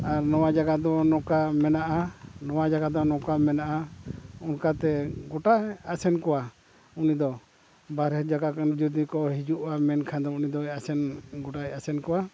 ᱟᱨ ᱱᱚᱣᱟ ᱡᱟᱭᱜᱟ ᱫᱚ ᱱᱚᱝᱠᱟ ᱢᱮᱱᱟᱜᱼᱟ ᱱᱚᱣᱟ ᱡᱟᱭᱜᱟ ᱫᱚ ᱱᱚᱝᱠᱟ ᱢᱮᱱᱟᱜᱼᱟ ᱚᱱᱠᱟᱛᱮ ᱜᱚᱴᱟᱭ ᱟᱥᱮᱱ ᱠᱚᱣᱟ ᱩᱱᱤ ᱫᱚ ᱵᱟᱦᱨᱮ ᱡᱟᱭᱜᱟ ᱠᱚᱨᱮᱱ ᱡᱩᱫᱤ ᱠᱚ ᱦᱤᱡᱩᱜᱼᱟ ᱢᱮᱱᱠᱷᱟᱱ ᱫᱚ ᱩᱱᱤᱫᱚᱭ ᱟᱥᱮᱱ ᱜᱚᱴᱟᱭ ᱟᱥᱮᱱ ᱠᱚᱣᱟ